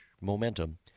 momentum